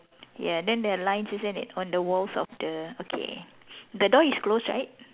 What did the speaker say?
yeah then there are lines isn't it on the walls of the okay the door is closed right